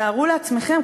תארו לעצמכם.